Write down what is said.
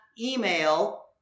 email